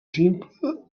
simple